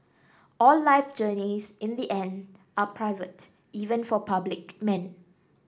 all life journeys in the end are private even for public men